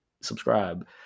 subscribe